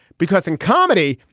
because in comedy,